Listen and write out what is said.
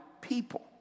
people